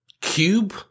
cube